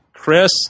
Chris